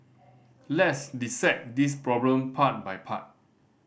le's dissect this problem part by part